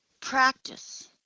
practice